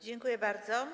Dziękuję bardzo.